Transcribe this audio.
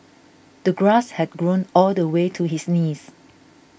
the grass had grown all the way to his knees